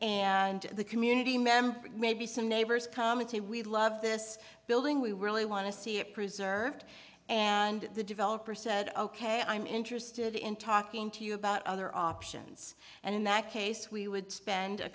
and the community member maybe some neighbors commented we love this building we really want to see it preserved and the developer said ok i'm interested in talking to you about other options and in that case we would spend a